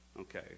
okay